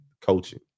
coaching